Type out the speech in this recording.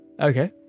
Okay